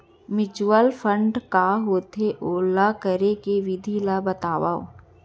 mutual fund का होथे, ओला करे के विधि ला बतावव